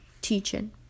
teaching